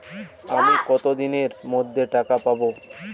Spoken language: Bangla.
আমি কতদিনের মধ্যে টাকা পাবো?